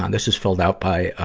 um this is filled out by